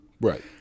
Right